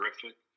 terrific